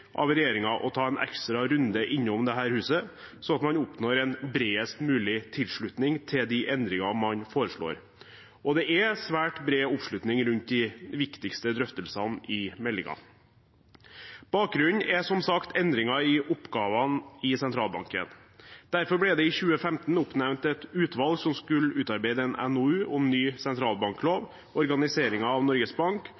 av regjeringen å ta en ekstra runde innom dette huset, sånn at man oppnår en bredest mulig tilslutning til de endringene man foreslår. Og det er svært bred oppslutning rundt de viktigste drøftelsene i meldingen. Bakgrunnen er som sagt endringer i oppgavene i sentralbanken. Derfor ble det i 2015 oppnevnt et utvalg som skulle utarbeide en NOU om ny